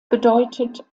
bedeutet